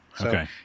Okay